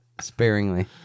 Sparingly